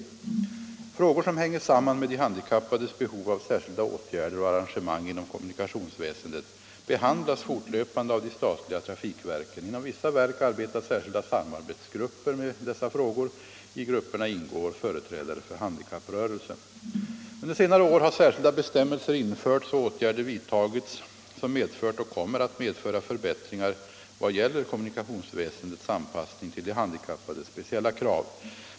del Frågor som hänger samman med de handikappades behov av särskilda åtgärder och arrangemang inom kommunikationsväsendet behandlas fortlöpande av de statliga trafikverken. Inom vissa verk arbetar särskilda samarbetsgrupper med dessa frågor. I grupperna ingår företrädare för handikapprörelsen. Under senare år har särskilda bestämmelser införts och åtgärder vidtagits som medfört och kommer att medföra förbättringar i vad gäller kommunikationsväsendets anpassning till de handikappades speciella krav.